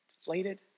Deflated